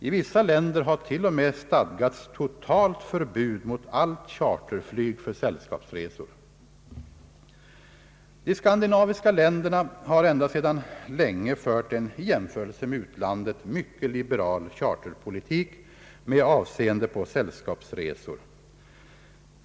I vissa länder har t.o.m., stadgats totalt förbud mot allt charterflyg för sällskapsresor. De skandinaviska länderna har ändå sedan länge fört en i jämförelse med utlandet mycket liberal charterpolitik med avseende på sällskapsresor.